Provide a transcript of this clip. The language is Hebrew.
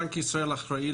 בנק ישראל אחראי,